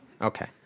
Okay